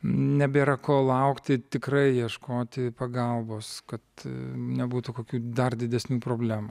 nebėra ko laukti tikrai ieškoti pagalbos kad nebūtų kokių dar didesnių problemų